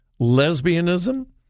lesbianism